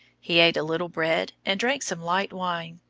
he ate a little bread and drank some light wine.